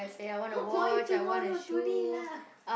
why tomorrow today lah